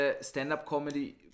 Stand-up-Comedy